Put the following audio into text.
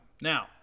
Now